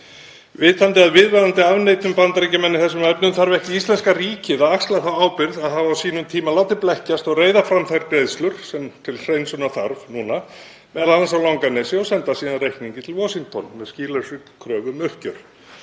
Vitandi af viðvarandi afneitun Bandaríkjamanna í þessum efnum, þarf ekki íslenska ríkið að axla þá ábyrgð að hafa á sínum tíma látið blekkjast og reiða fram þær greiðslur sem þarf til hreinsunar núna, m.a. á Langanesi, og senda síðan reikninginn til Washington með skýlausri kröfu um uppgjör?